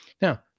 now